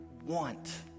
want